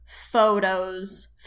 photos